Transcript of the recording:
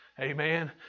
Amen